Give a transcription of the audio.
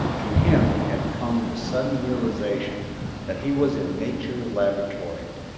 to him had come the sudden realization that he was in nature's laboratory,